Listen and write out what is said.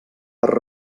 per